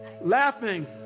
laughing